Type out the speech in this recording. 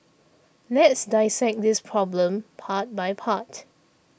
let's dissect this problem part by part